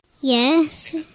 Yes